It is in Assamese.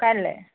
কাইলৈ